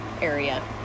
area